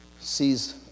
sees